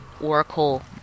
Oracle